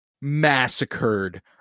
massacred